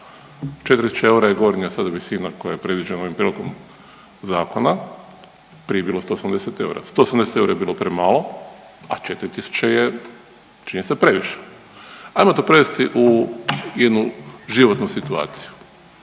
4.000 eura je gornja sada visina koja je predviđena …/Govornik se ne razumije./… zakona, prije je bilo 170 eura. 170 eura je bilo premalo, a 4.000 je čini se previše. Ajmo to prevesti u jednu životnu situaciju.